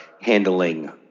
handling